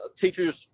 teachers